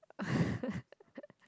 oh